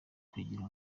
kugira